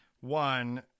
One